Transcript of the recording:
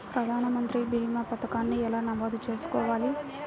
ప్రధాన మంత్రి భీమా పతకాన్ని ఎలా నమోదు చేసుకోవాలి?